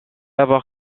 avoir